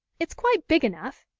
it's quite big enough,